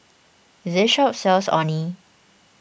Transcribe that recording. this shop sells Orh Nee